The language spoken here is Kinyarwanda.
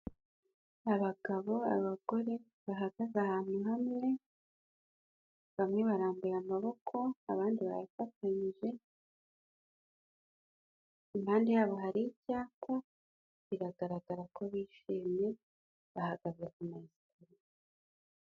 Abagabo, abagore bahagaze ahantu hamwe, bamwe barambuye amaboko, abandi bayafatanyije, impande yabo hari ibyapa, biragaragara ko bishimye, bahagaze ku mayesikariye.